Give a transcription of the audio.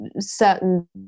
certain